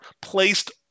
placed